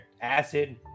Acid